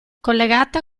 collegata